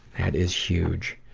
that is huge.